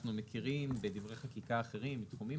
אנחנו מכירים בדברי חקיקה אחרים ובתחומים